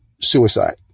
suicide